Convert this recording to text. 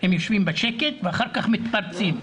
הם יושבים בשקט ואחר כך מתפרצים.